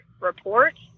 report